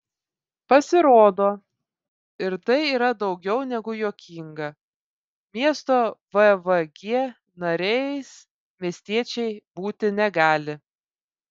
pasirodo ir tai yra daugiau negu juokinga miesto vvg nariais miestiečiai būti negali